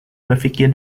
berfikir